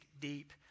deep